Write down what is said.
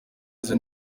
izo